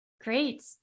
great